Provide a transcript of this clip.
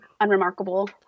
unremarkable